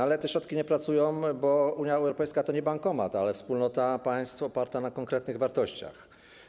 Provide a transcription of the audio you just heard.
Ale te środki nie pracują, bo Unia Europejska to nie bankomat, ale wspólnota państw oparta na konkretnych wartościach.